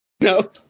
No